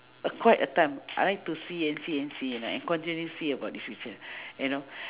a quite a time I like to see and see and see you know and continually see about this picture you know